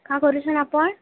କ'ଣ କରୁଛନ୍ ଆପଣ